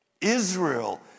Israel